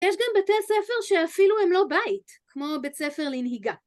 יש גם בתי ספר שאפילו הם לא בית, כמו בית ספר לנהיגה.